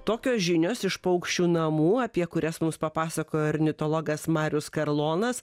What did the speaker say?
tokios žinios iš paukščių namų apie kurias mums papasakojo ornitologas marius karlonas